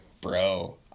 bro